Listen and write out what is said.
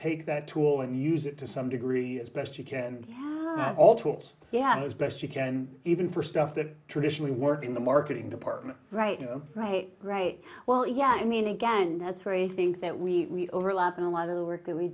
take that tool and use it to some degree as best you can and all tools yeah as best you can even for stuff that traditionally work in the marketing department right right right well yeah i mean again that's very think that we overlap in a lot of the work that we